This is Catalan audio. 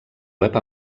web